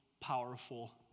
powerful